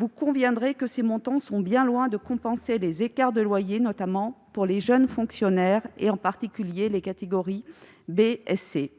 la ministre, que ces montants sont bien loin de compenser les écarts de loyers, notamment pour les jeunes fonctionnaires et tout particulièrement ceux des catégories B et C.